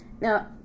Now